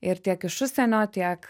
ir tiek iš užsienio tiek